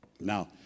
Now